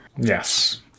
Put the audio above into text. Yes